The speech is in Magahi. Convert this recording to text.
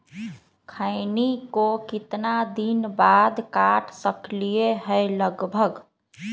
खैनी को कितना दिन बाद काट सकलिये है लगभग?